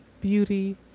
beauty